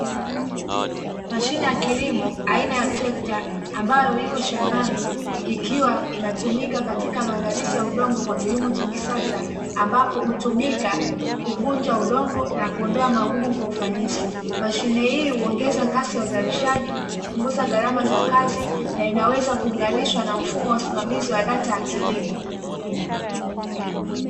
Mashine ya kilimo aina ya trekta ambayo iko shambani, ikiwa inatumika katika maandalizi ya udongo kwa kilimo cha kisasa, ambapo hutumika kuvunja udongo na kuondoa magugu kwa ufanisi, mashine hii huongeza kasi ya uzalishaji, kupunguza gharanma za kazi na inaweza kuunganishwa na mfumo wa usimamizi wa data ya kilimo.